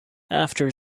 after